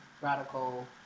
Radical